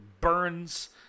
burns